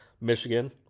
Michigan